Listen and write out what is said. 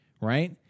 right